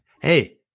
hey